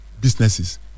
businesses